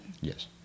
Yes